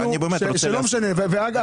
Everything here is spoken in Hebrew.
אני באמת רוצה --- אגב,